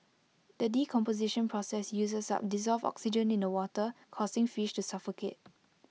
the decomposition process uses up dissolved oxygen in the water causing fish to suffocate